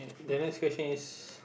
the next question is